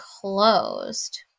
closed